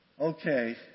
Okay